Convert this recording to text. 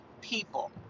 people